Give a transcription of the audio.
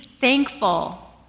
thankful